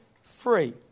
free